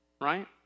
Right